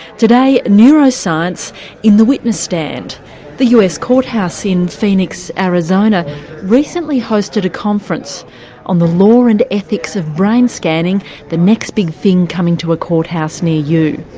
today neuroscience in the witness stand the us courthouse in phoenix, arizona recently hosted a conference on the law and ethics of brain scanning the next big thing coming to a courthouse near you.